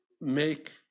make